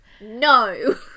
No